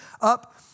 up